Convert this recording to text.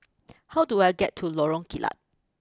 how do I get to Lorong Kilat